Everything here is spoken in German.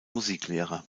musiklehrer